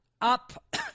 up